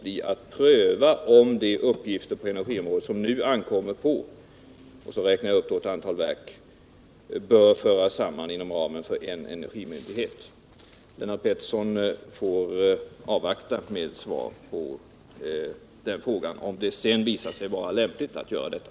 Lennart Pettersson bör observera min formulering: Lennart Pettersson får avvakta ett svar på frågan huruvida det sedan visar sig vara lämpligt att göra detta.